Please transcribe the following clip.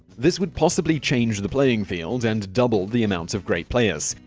this would possibly change the playing field and double the amount of great players.